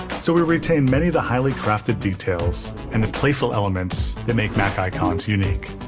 so we've retained many of the highly crafted details and the playful elements that make mac icons unique.